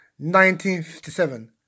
1957